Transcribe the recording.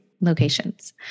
locations